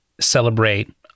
celebrate